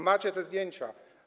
Macie te zdjęcia.